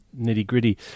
nitty-gritty